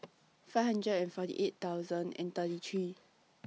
five hundred and forty eight thousand and thirty three